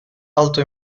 alto